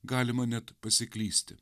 galima net pasiklysti